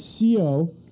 CO